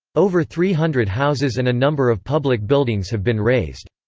over three hundred houses and a number of public buildings have been razed.